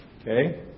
okay